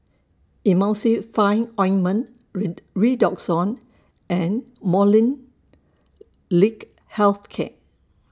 Emulsying Fine Ointment Redoxon and Molnylcke Health Care